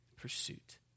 pursuit